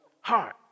heart